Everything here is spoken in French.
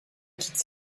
quitte